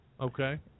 Okay